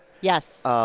Yes